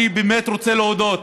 אני באמת רוצה להודות